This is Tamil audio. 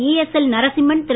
இஎஸ்எல் நரசிம்மன் திரு